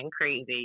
crazy